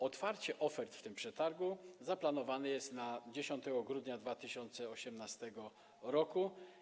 Otwarcie ofert w tym przetargu zaplanowane jest na 10 grudnia 2018 r.